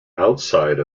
outside